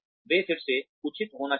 वे फिर से उचित होना चाहिए